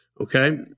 okay